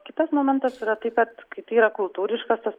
kitas momentas yra tai kad kai tai yra kultūriškas tas